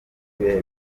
n’ibihe